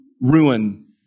ruin